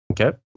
Okay